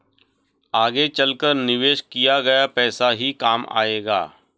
आगे चलकर निवेश किया गया पैसा ही काम आएगा